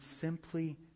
simply